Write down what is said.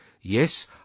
yes